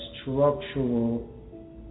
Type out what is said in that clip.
structural